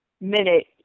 minute